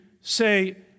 say